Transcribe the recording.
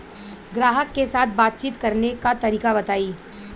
ग्राहक के साथ बातचीत करने का तरीका बताई?